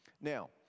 Now